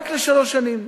רק לשלוש שנים.